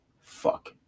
Fuck